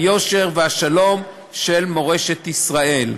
היושר והשלום של מורשת ישראל.